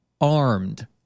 armed